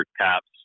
caps